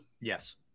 Yes